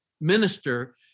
minister